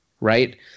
Right